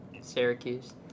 Syracuse